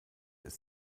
ist